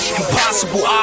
impossible